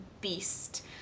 beast